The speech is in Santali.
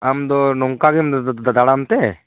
ᱟᱢᱫᱚ ᱱᱚᱝᱠᱟ ᱜᱮᱢ ᱫᱟᱲᱟᱱᱛᱮ